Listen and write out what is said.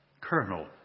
Colonel